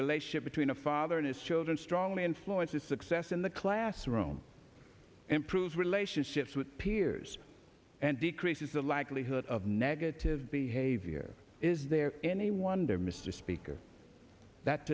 relationship between a father and his children strongly influences success in the classroom improves relationships with peers and decreases the likelihood of negative behavior is there any wonder mr speaker that